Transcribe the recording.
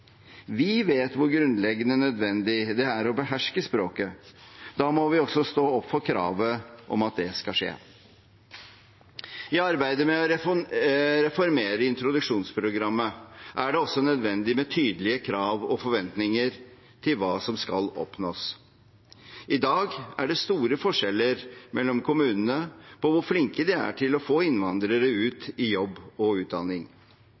Vi vet hvor grunnleggende nødvendig det er å beherske språket. Da må vi også stå opp for kravet om at det skal skje. I arbeidet med å reformere introduksjonsprogrammet er det også nødvendig med tydelige krav og forventninger til hva som skal oppnås. I dag er det store forskjeller mellom kommunene på hvor flinke de er til å få innvandrere ut i jobb og utdanning.